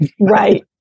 Right